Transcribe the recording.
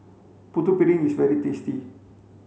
putu piring is very tasty